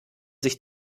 sich